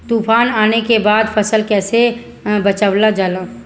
तुफान आने के बाद फसल कैसे बचावल जाला?